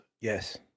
Yes